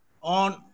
on